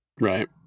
Right